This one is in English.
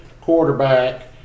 quarterback